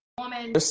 woman